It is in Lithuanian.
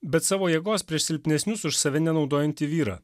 bet savo jėgos prieš silpnesnius už save nenaudojantį vyrą